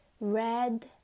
red